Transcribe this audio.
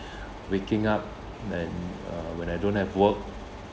waking up and uh when I don't have work